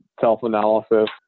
self-analysis